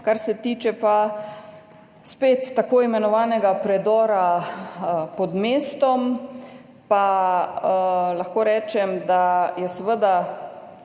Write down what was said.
Kar se tiče pa spet tako imenovanega predora pod mestom, lahko rečem, da je seveda